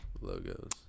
logos